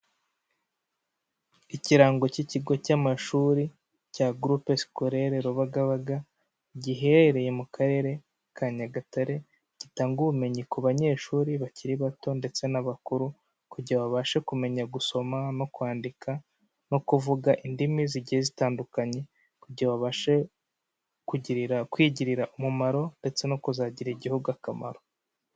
Ikirango k'ikigo cy'amashuri cya Groupe Scolaire Rubagabaga. Giherereye mu karere ka Nyagatare. Gitanga ubumenyi ku banyeshuri bakiri bato ndetse n'abakuru kugira ngo babashe kumenya gusoma no kwandika no kuvuga indimi zigiye zitandukanye kugira ngo babashe kugirira kwigirira umumaro ndetse no kuzagirira Igihugu akamaro.